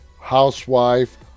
housewife